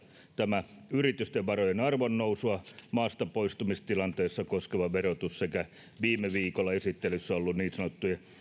tämä yritysten varojen arvonnousua maastapoistumistilanteissa koskeva verotus sekä viime viikolla esittelyssä ollut niin sanottuja